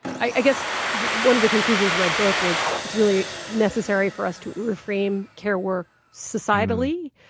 i guess one of the conclusions my book was, it's really necessary for us to reframe care work societally.